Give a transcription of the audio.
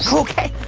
so ok,